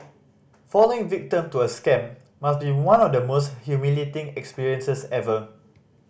falling victim to a scam must be one of the most humiliating experiences ever